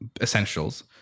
essentials